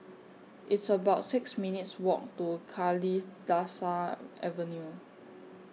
It's about six minutes' Walk to Kalidasa Avenue